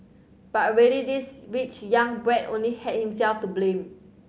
but really this rich young brat only had himself to blame